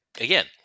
Again